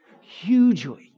hugely